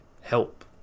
help